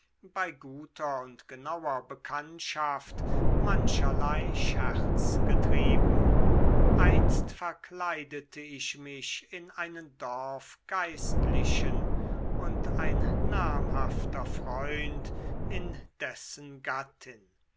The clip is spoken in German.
bei guter und genauer bekanntschaft mancherlei scherz getrieben einst verkleidete ich mich in einen dorfgeistlichen und ein namhafter freund in dessen gattin